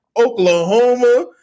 Oklahoma